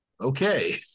okay